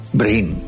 brain